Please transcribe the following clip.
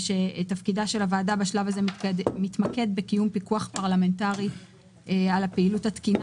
ושתפקידה של הוועדה מתמקד בקיום פיקוח פרלמנטרי על הפעילות התקינה